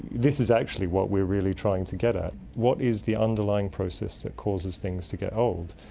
this is actually what we're really trying to get at what is the underlying process that causes things to get old?